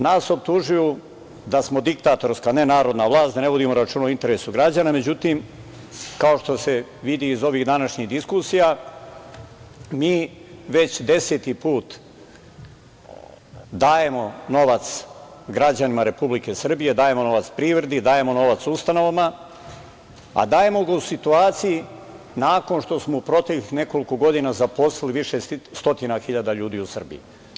Nas optužuju da smo diktatorska, ne narodna vlast, da ne vodimo računa o interesu građana, međutim, kao što se vidi iz ovih današnjih diskusija, mi već deseti put dajemo novac građanima Republike Srbije, dajemo novac privredi, dajemo novac ustanovama, a dajemo ga u situaciji nakon što smo u proteklih nekoliko godina zaposlili više stotina hiljada ljudi u Srbiji.